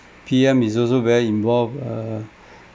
P_M is also very involved uh